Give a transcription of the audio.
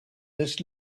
this